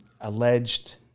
alleged